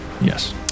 Yes